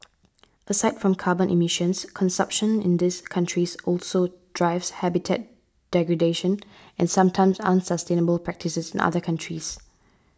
aside from carbon emissions consumption in these countries also drives habitat degradation and sometimes unsustainable practices in other countries